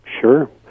Sure